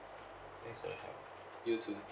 thanks for your help you too